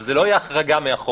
אבל זו לא תהיה החרגה מהחוק.